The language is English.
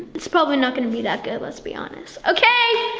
it's probably not gonna be that good, let's be honest. okay,